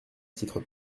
titre